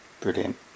Brilliant